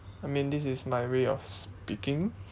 I mean this is my way of speaking